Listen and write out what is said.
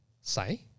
say